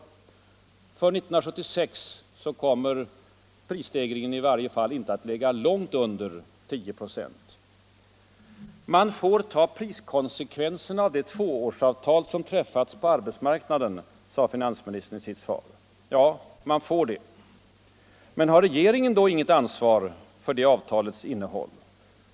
För 1976 kommer prisstegringen i varje fall inte att ligga långt under 10 96. Man får ”ta priskonsekvenserna av det tvåårsavtal som träffats på arbetsmarknaden”, sade finansministern i sitt svar. Ja, man får det. Men har regeringen då inget ansvar för det avtalets innehåll?